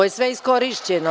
To je sve iskorišćeno.